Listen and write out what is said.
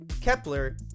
Kepler